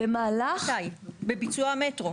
בביצוע המטרו.